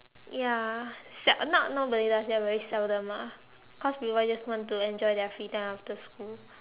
ya sel~ not nobody does that very seldom lah cause people just want to enjoy their free time after school